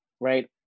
right